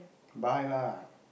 buy lah